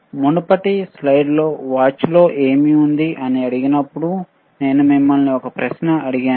మునుపటి స్లైడ్లలో వాచ్లో ఏమి ఉంది అని అప్పుడు నేను మిమ్మల్ని ఒక ప్రశ్న అడిగాను